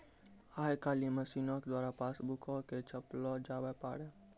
आइ काल्हि मशीनो के द्वारा पासबुको के छापलो जावै पारै